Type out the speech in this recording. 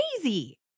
crazy